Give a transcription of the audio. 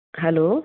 hello